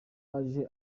aje